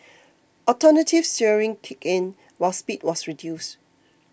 alternative steering kicked in while speed was reduced